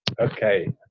Okay